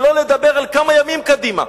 שלא לדבר על כמה ימים קדימה.